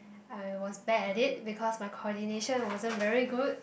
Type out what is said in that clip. I was bad at it because my coordination wasn't very good